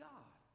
God